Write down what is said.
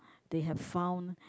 they have found